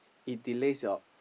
it delays your